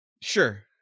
Sure